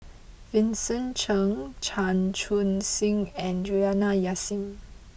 Vincent Cheng Chan Chun Sing and Juliana Yasin